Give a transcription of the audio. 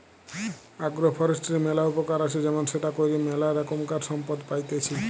agro ফরেষ্ট্রীর ম্যালা উপকার আছে যেমন সেটা কইরে ম্যালা রোকমকার সম্পদ পাইতেছি